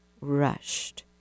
rushed